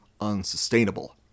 unsustainable